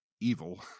evil